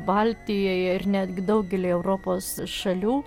baltijoje ir netgi daugelyje europos šalių